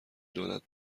دولت